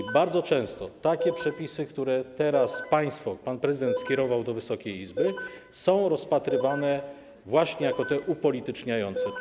I bardzo często takie przepisy, które teraz państwo, które pan prezydent skierował do Wysokiej Izby, są rozpatrywane właśnie jako te upolityczniające.